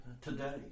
today